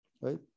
right